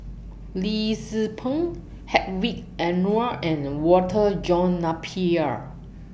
Lim Tze Peng Hedwig Anuar and Walter John Napier